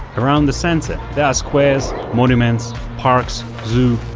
around the center there are squares, monuments parks, zoo,